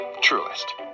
Truest